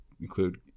include